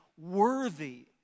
worthy